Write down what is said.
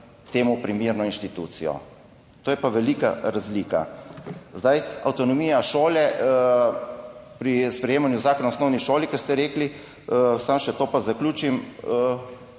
temu primerno institucijo. To je pa velika razlika. Avtonomija šole pri sprejemanju Zakona o osnovni šoli, ker ste rekli, samo še to pa zaključim,